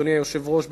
אדוני היושב-ראש,